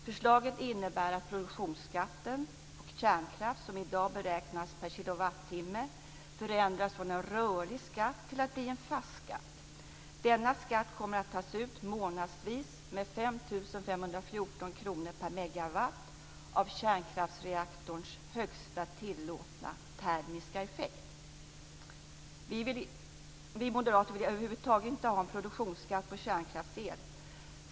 Förslaget innebär att produktionsskatten på kärnkraft som i dag beräknas per kilowattimme förändras från att vara en rörlig skatt till att bli en fast skatt. Denna skatt kommer att tas ut månadsvis med 5 514 kr per megawatt av kärnkraftsreaktorns högsta tillåtna termiska effekt. Vi moderater vill över huvud taget inte ha någon produktionsskatt på kärnkraftsel.